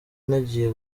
nagiye